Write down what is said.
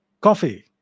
Coffee